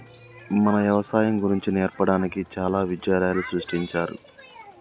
మన యవసాయం గురించి నేర్పడానికి చాలా విద్యాలయాలు సృష్టించారు